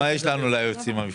מה יש לך עם היועצים המשפטיים?